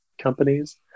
companies